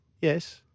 Yes